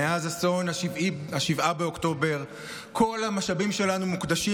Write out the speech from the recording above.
מאז אסון 7 באוקטובר כל המשאבים שלנו מוקדשים